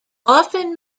often